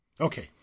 Okay